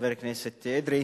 חברי חבר הכנסת אדרי,